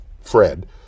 Fred